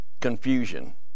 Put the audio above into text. confusion